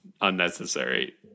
unnecessary